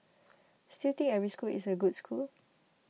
still think every school is a good school